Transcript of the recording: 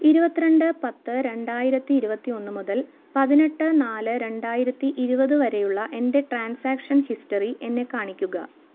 ഇരുപത്തി രണ്ട് പത്ത് രണ്ടായിരത്തി ഇരുപത്തി ഒന്ന് മുതൽ പതിനെട്ട് നാല് രണ്ടായിരത്തി ഇരുപത് വരെയുള്ള എൻ്റെ ട്രാൻസാക്ഷൻ ഹിസ്റ്ററി എന്നെ കാണിക്കുക